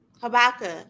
Habakkuk